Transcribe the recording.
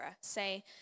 say